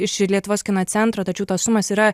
iš lietuvos kino centro tačiau tos sumos yra